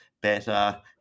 better